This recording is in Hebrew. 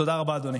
תודה רבה, אדוני.